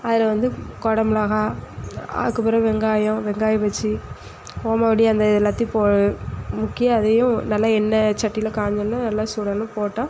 அதில் வந்து குடமிளகா அதுக்குப் பிறகு வெங்காயம் வெங்காய பஜ்ஜி ஓமவல்லி அந்த எல்லாத்தையும் முக்கி அதையும் நல்லா எண்ணெய் சட்டியில் காஞ்சோடன நல்லா சூடானோடன போட்டால்